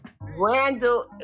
Randall